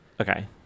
Okay